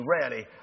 rarely